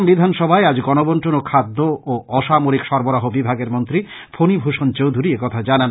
আসাম বিধানসভায় আজ গনগবন্টন ও খাদ্য ও অসামরিক সরবরাহ বিভাগের মন্ত্রী ফনিভূষন চৌধুরী একথা জানান